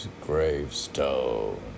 gravestone